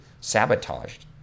sabotaged